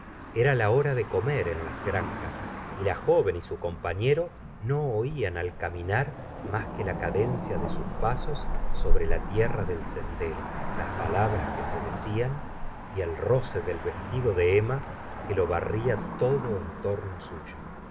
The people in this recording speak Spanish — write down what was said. era la hora de comer en las granjas y la joven y su compañero no oían al caminar mas que la cadencia de sus pasos sobre la tierra del sendero las palabras que se decían y el roce del vestido de emma que lo barría todo en torno suyo